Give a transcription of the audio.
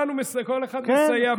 כל אחד מסייע בדרכו.